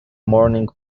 morning